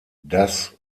das